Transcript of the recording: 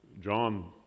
John